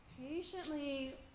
patiently